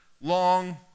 long